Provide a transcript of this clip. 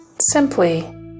Simply